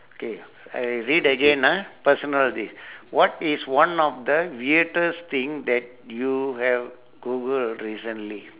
okay I will read again ah personal thing what is one of the weirdest thing that you have googled recently